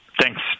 Thanks